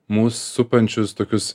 mus supančius tokius